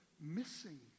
missing